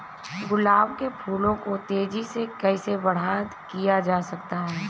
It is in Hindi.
गुलाब के फूलों को तेजी से कैसे बड़ा किया जा सकता है?